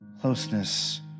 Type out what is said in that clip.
closeness